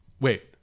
wait